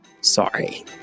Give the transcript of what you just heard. Sorry